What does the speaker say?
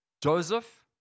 Joseph